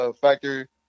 factor